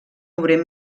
obrer